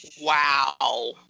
wow